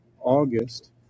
August